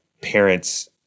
parents